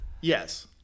Yes